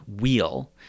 wheel